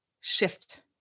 shift